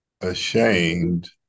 ashamed